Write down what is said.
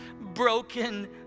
broken